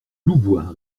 louvois